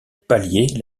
pallier